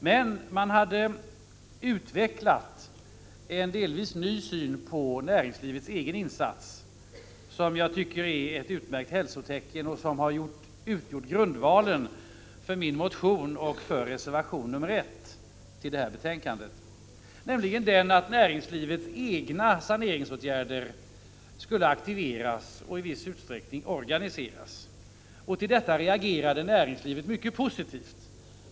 Men man har utvecklat en delvis ny syn på näringslivets egen insats som jag tycker är ett utmärkt hälsotecken och utgjort grundvalen för min motion och för reservation 1 till detta betänkande. Näringslivets egna saneringsåtgärder skulle aktiveras och i viss utsträckning organiseras. På detta reagerade näringslivet mycket positivt.